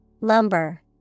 Lumber